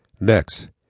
next